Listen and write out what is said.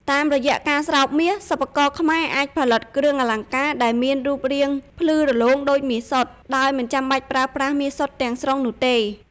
តាមរយៈការស្រោបមាស សិប្បករខ្មែរអាចផលិតគ្រឿងអលង្ការដែលមានរូបរាងភ្លឺរលោងដូចមាសសុទ្ធ ដោយមិនចាំបាច់ប្រើប្រាស់មាសសុទ្ធទាំងស្រុងនោះទេ។